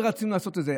לא שרצינו לעשות את זה.